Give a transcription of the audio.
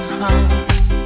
heart